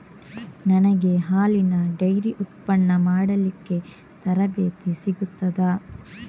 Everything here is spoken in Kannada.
ನನಗೆ ಹಾಲಿನ ಡೈರಿ ಉತ್ಪನ್ನ ಮಾಡಲಿಕ್ಕೆ ತರಬೇತಿ ಸಿಗುತ್ತದಾ?